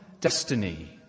destiny